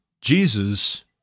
Jesus